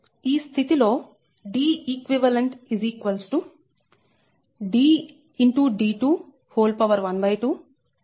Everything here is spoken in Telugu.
ఈ స్థితి లో Deq12